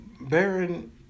Baron